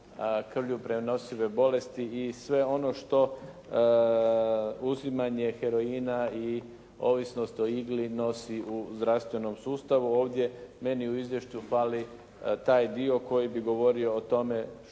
krvlju prenosive bolesti i sve ono što uzimanje heroina i ovisnost o igli nosi u zdravstvenom sustavu. Ovdje meni u izvješću fali taj dio koji bi govorio o tome što